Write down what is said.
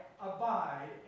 abide